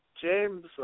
James